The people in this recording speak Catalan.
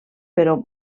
però